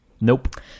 Nope